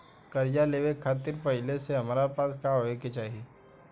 कर्जा लेवे खातिर पहिले से हमरा पास का होए के चाही?